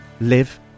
live